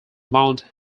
mount